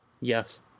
Yes